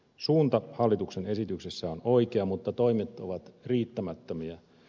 suunta hallituksen esityksessä on oikea mutta toimet ovat riittämättömiä